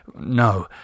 No